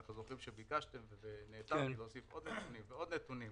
אנחנו זוכרים שביקשתם ונעתרתם להוסיף עוד נתונים ועוד נתונים